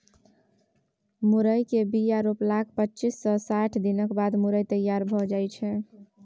मुरय केर बीया रोपलाक पच्चीस सँ साठि दिनक बाद मुरय तैयार भए जाइ छै